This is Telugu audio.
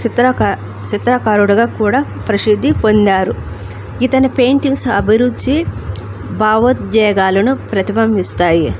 చిత్రక చిత్రకారుడుగా కూడా ప్రసిద్ధి పొందారు ఇతని పెయింటింగ్స్ అభిరుచి భావోద్వేగాలను ప్రతిబింబిస్తాయి